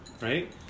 right